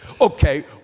Okay